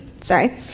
Sorry